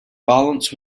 balance